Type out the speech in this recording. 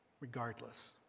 Regardless